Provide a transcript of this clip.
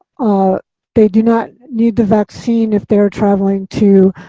ah they do not need the vaccine if they are traveling to